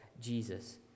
Jesus